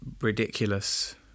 Ridiculous